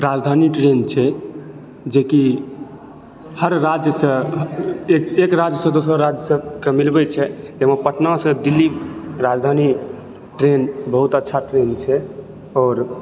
राजधानी ट्रेन छै जेकि हर राज्यसँ एक एक राज्यसँ दोसर राज्यसँ कऽ मिलबै छै एगो पटनासँ दिल्ली राजधानी ट्रेन बहुत अच्छा ट्रेन छै आओर